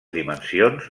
dimensions